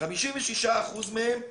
56% מהם,